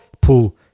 pull